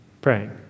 praying